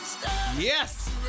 Yes